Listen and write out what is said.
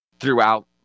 throughout